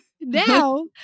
Now